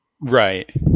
right